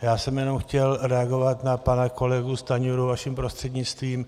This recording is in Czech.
Já jsem jenom chtěl reagovat na pana kolegu Stanjuru vaším prostřednictvím.